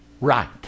right